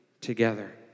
together